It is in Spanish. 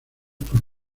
por